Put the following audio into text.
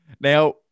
Now